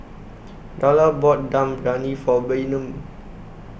Darla bought Dum Briyani For Bynum